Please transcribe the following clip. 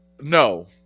No